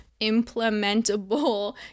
implementable